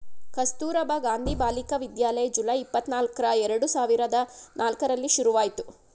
ಕಸ್ತೂರಬಾ ಗಾಂಧಿ ಬಾಲಿಕ ವಿದ್ಯಾಲಯ ಜುಲೈ, ಇಪ್ಪತನಲ್ಕ್ರ ಎರಡು ಸಾವಿರದ ನಾಲ್ಕರಲ್ಲಿ ಶುರುವಾಯ್ತು